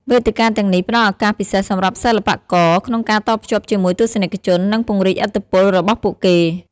វេទិកាទាំងនេះផ្ដល់ឱកាសពិសេសសម្រាប់សិល្បករក្នុងការតភ្ជាប់ជាមួយទស្សនិកជន និងពង្រីកឥទ្ធិពលរបស់ពួកគេ។